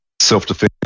self-defense